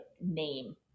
name